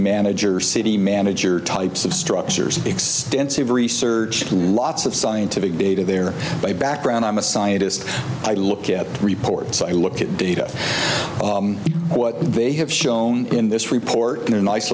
manager city manager types of structures extensive research lots of scientific data their background i'm a scientist i look at reports i look at data what they i have shown in this report in a nice